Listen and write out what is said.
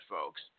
Folks